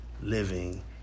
living